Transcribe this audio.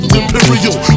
imperial